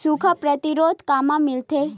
सुखा प्रतिरोध कामा मिलथे?